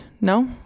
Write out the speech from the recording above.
No